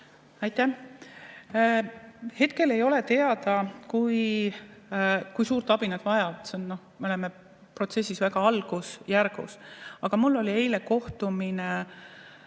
Aitäh! Hetkel ei ole teada, kui suurt abi nad vajavad. Me oleme protsessis väga algusjärgus. Aga mul oli eile kohtumine